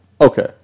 Okay